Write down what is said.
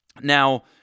Now